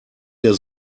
der